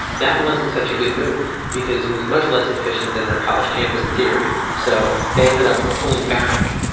that wasn't such a good move because it was much less efficient than their college campus theory. so they ended up pulling back,